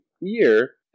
year